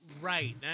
right